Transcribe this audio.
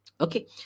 okay